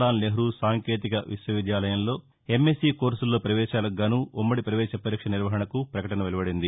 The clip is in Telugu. లాల్ నెప్రహూ సాంకేతిక విద్యాలయంలో ఎమ్మెస్సీ కోర్సుల్లో ప్రవేశాలకు గానూ ఉమ్మడి పవేశ పరీక్ష నిర్వహణకు పకటన వెలువడింది